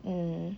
mm